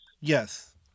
Yes